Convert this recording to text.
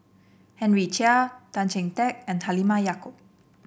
Henry Chia Tan Chee Teck and Halimah Yacob